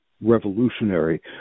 revolutionary